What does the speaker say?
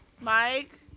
Mike